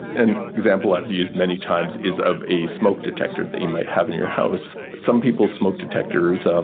an example i've used many times is of a smoke detector that you might have in your house. some people's smoke detectors, um